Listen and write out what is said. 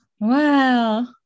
Wow